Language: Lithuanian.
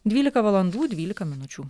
dvylika valandų dvylika minučių